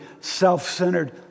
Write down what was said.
self-centered